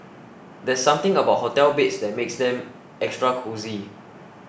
there's something about hotel beds that makes them extra cosy